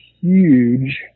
huge